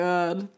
God